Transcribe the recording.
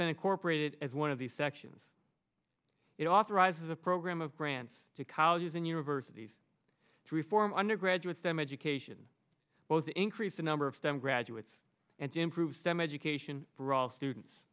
been incorporated as one of the sections it authorizes a program of grants to colleges and universities to reform undergraduate stem education both increase the number of stem graduates and improve stem education for all students